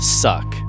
suck